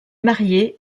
marié